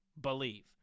BELIEVE